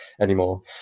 anymore